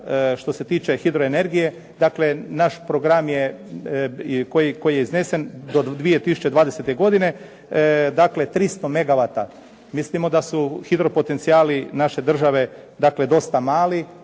što se tiče hidroenergije, dakle naš program je koji je iznesen do 2020. godine. Dakle, 300 megavata. Mislimo da su hidro potencijali naše države dakle dosta mali